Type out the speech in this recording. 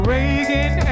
Reagan